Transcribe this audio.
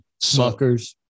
suckers